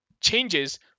changes